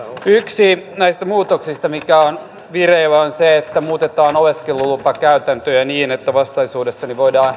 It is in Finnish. yksi näistä muutoksista mitä on vireillä on se että muutetaan oleskelulupakäytäntöjä niin että vastaisuudessa voidaan